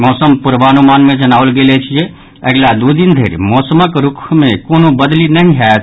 मौसम पूर्वानुमान मे जनाओल गेल अछि जे अगिला दू दिन धरि मौसमक रूख मे कोनो बदलि नहि होयत